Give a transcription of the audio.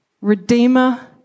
redeemer